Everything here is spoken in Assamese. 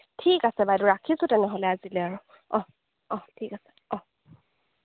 ঠিক আছে বাইদেউ ৰাখিছোঁ তেনেহ'লে আজিলৈ আৰু অঁ অঁ ঠিক আছে অঁ